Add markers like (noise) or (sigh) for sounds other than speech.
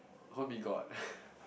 call me god (laughs)